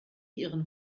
ihren